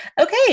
Okay